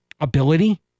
ability